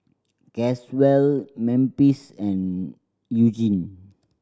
Caswell Memphis and Eugene